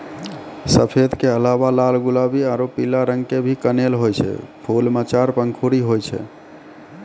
सफेद के अलावा लाल गुलाबी आरो पीला रंग के भी कनेल होय छै, फूल मॅ चार पंखुड़ी होय छै